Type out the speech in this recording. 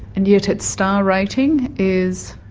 and yet its star rating is,